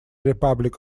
republic